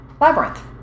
labyrinth